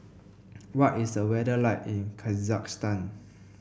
what is the weather like in Kazakhstan